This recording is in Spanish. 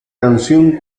canción